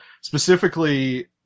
specifically